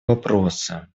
вопросы